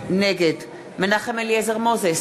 נגד מנחם אליעזר מוזס,